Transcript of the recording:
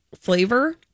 flavor